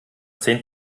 zehn